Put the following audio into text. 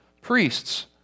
priests